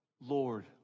Lord